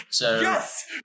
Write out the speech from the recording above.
Yes